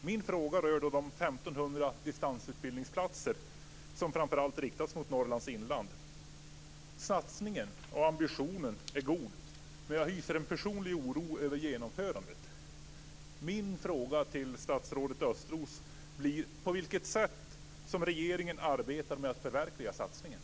Min fråga rör de 1 500 distansutbildningsplatser som framför allt riktas mot Norrlands inland. Satsningen och ambitionen är god, men jag hyser en personlig oro över genomförandet.